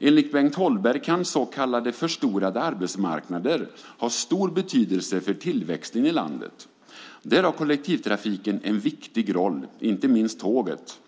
Enligt Holmberg kan så kallade förstorade arbetsmarknader ha stor betydelse för tillväxten i landet. Där har kollektivtrafiken en viktig roll, inte minst tåget.